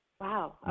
Wow